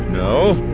no.